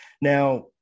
Now